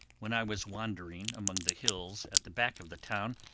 when i was wandering among the hills at the back of the town,